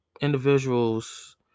individual's